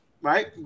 right